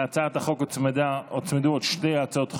להצעת החוק הוצמדו שתי הצעות חוק.